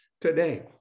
today